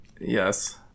yes